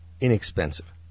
inexpensive